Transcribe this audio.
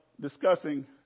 discussing